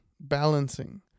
balancing